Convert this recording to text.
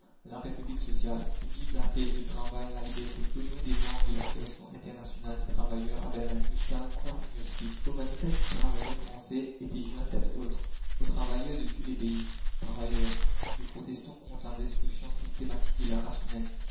la république sociale vivent la paix le travail la liberté au nom des membres de l'association internationale des travailleurs à berlin gustave kwasniewski la commune au manifeste des travailleurs français était joint cet autre travailleurs nous protestons contre la destruction systématique de la race humaine